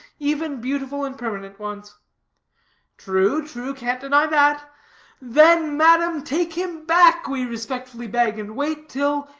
even, beautiful and permanent ones true, true, can't deny that then, madam, take him back, we respectfully beg, and wait till,